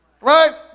Right